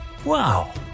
Wow